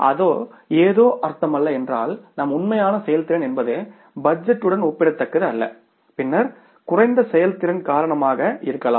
அது ஏதோ அர்த்தமல்ல என்றால் நம் உண்மையான செயல்திறன் என்பது பட்ஜெட்டுடன் ஒப்பிடத்தக்கது அல்ல பின்னர் குறைந்த செயல்திறன் காரணமாக இருக்கலாம் இருக்கலாம்